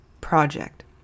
project